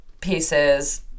pieces